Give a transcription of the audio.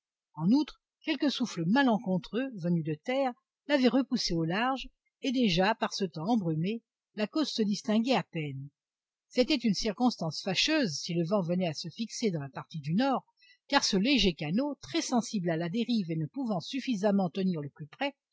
en outre quelques souffles malencontreux venus de terre l'avaient repoussée au large et déjà par ce temps embrumé la côte se distinguait à peine c'était une circonstance fâcheuse si le vent venait à se fixer dans la partie du nord car ce léger canot très sensible à la dérive et ne pouvant suffisamment tenir le plus près